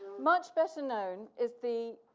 much better known is the